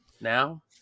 Now